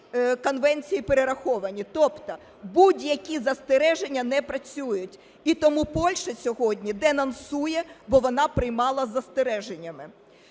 конвенції перераховані. Тобто будь-які застереження не працюють. І тому Польща сьогодні денонсує, бо вона приймала з застереженнями.